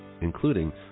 including